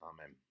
Amen